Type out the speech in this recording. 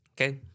Okay